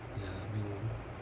ya I mean